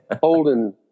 Holding